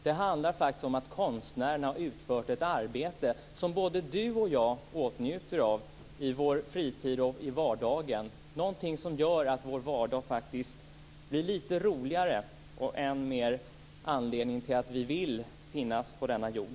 Det handlar faktiskt om att konstnärerna har utfört ett arbete som både Henrik S Järrel och jag kan njuta av i vardagen och på vår fritid, någonting som gör att vår vardag faktiskt blir litet roligare och som ger oss större anledning att vilja finnas på denna jord.